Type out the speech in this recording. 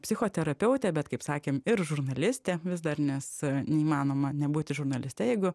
psichoterapeutė bet kaip sakėm ir žurnalistė vis dar nes neįmanoma nebūti žurnaliste jeigu